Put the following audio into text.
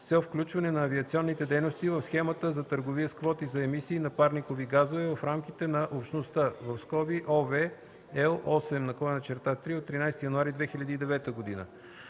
с цел включване на авиационните дейности в схемата за търговия с квоти за емисии на парникови газове в рамките на Общността (ОВ, L8/3 от 13 януари 2009 г.); 4.